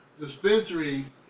dispensary